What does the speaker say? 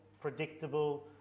predictable